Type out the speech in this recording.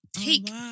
take